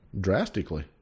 drastically